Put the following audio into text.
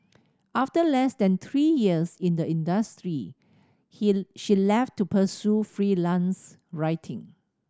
after less than three years in the industry he she left to pursue freelance writing